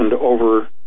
over